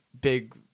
big